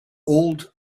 old